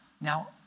Now